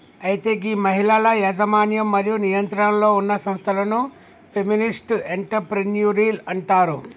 అయితే గీ మహిళల యజమన్యం మరియు నియంత్రణలో ఉన్న సంస్థలను ఫెమినిస్ట్ ఎంటర్ప్రెన్యూరిల్ అంటారు